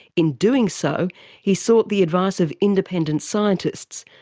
in doing so he sought the advice of independent scientists,